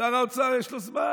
שר האוצר, יש לו זמן.